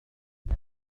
لدى